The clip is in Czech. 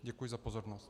Děkuji za pozornost.